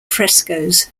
frescoes